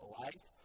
life